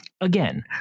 again